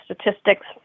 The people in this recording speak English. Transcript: statistics